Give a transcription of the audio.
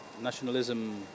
nationalism